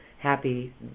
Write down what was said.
happy